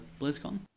BlizzCon